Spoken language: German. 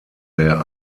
der